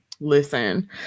listen